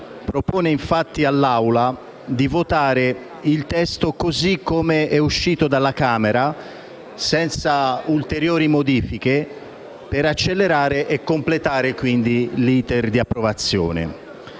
propone all'Assemblea di votare il testo così com'è uscito dalla Camera, senza ulteriori modifiche, per accelerare e completare l'*iter* di approvazione.